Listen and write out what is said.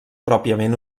pròpiament